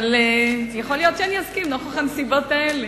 אבל יכול להיות שאני אסכים נוכח הנסיבות האלה,